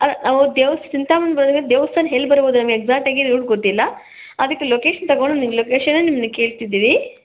ಹೌದು ದೇವ ಚಿಂತಾಮಣಿ ದೇವಸ್ಥಾನ ಎಲ್ ಬರ್ಬೋದು ನಮಗೆ ಎಕ್ಸಾಕ್ಟ್ ಆಗಿ ರೂಟ್ ಗೊತ್ತಿಲ್ಲ ಅದಕ್ಕೆ ಲೊಕೇಶನ್ ತೊಗೊಂಡು ನಿಮ್ಮ ಲೋಕೇಶನೇ ನಿಮ್ಮನ್ನ ಕೇಳ್ತಿದ್ದೀವಿ